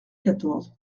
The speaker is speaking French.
quatorze